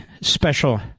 special